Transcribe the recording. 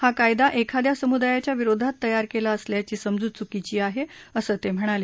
हा कायदा एखाद्या समुदायाच्या विरोधात तयार केला असल्याची समजूत चुकीची आहे असं ते म्हणाले